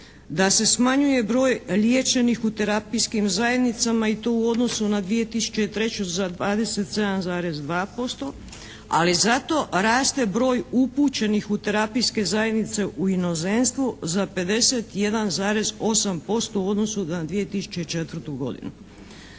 da se smanjuje broj liječenih i terapijskim zajednicama i to u odnosu na 2003. za 27,2% ali zato raste broj upućenih u terapijske zajednice u inozemstvu za 51,8% u odnosu na 2004. godinu.